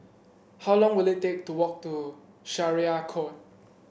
how long will it take to walk to Syariah Court